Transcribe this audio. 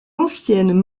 ancienne